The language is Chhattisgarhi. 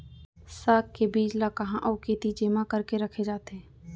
साग के बीज ला कहाँ अऊ केती जेमा करके रखे जाथे?